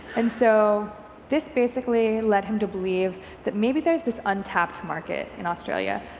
and so this basically led him to believe that maybe there's this untapped market in australia,